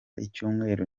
icyumweru